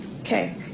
Okay